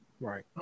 right